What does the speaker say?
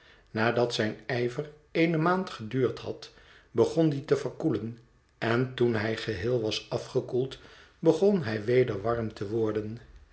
nadat zijn ijver eene maand geduurd had begon die te verkoelen en toen hij geheel was afgekoeld begon hij weder warm te worden